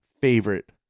favorite